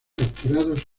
capturados